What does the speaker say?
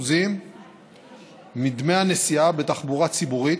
50% בדמי הנסיעה בתחבורה הציבורית,